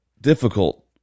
difficult